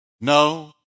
no